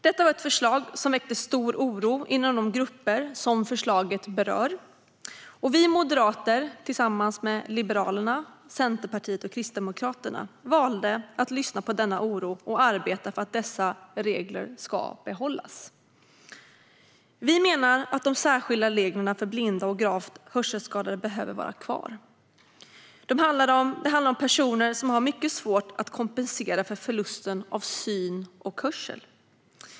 Detta var ett förslag som väckte stor oro inom de grupper som förslaget berör, och vi moderater valde tillsammans med Liberalerna, Centerpartiet och Kristdemokraterna att lyssna på denna oro och arbeta för att dessa regler ska behållas. Vi menar att de särskilda reglerna för blinda och gravt hörselskadade behöver vara kvar. Det handlar om personer som har mycket svårt att kompensera för förlusten av syn och hörsel.